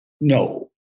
no